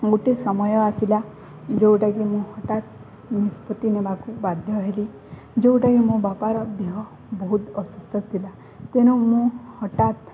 ଗୋଟେ ସମୟ ଆସିଲା ଯେଉଁଟାକି ମୁଁ ହଠାତ୍ ନିଷ୍ପତ୍ତି ନେବାକୁ ବାଧ୍ୟ ହେଲି ଯେଉଁଟାକି ମୋ ବାପାର ଦେହ ବହୁତ ଅସୁସ୍ଥ ଥିଲା ତେଣୁ ମୁଁ ହଠାତ୍